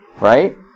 Right